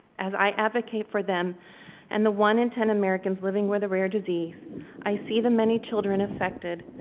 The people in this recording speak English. as i advocate for them and the one in ten americans living with a rare disease i see the many children affected,